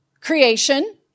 creation